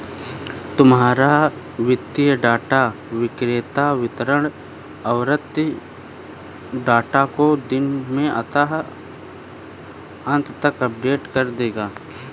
तुम्हारा वित्तीय डेटा विक्रेता वितरण आवृति डेटा को दिन के अंत तक अपडेट कर देगा